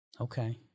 Okay